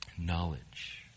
Knowledge